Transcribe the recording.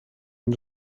این